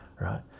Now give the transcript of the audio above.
right